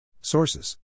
Sources